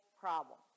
problem